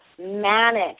manic